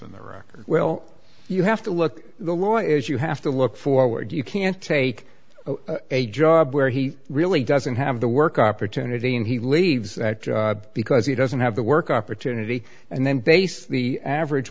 record well you have to look the lawyers you have to look for where you can take a job where he really doesn't have the work opportunity and he leaves that job because he doesn't have the work opportunity and then base the average